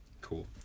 Cool